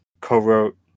co-wrote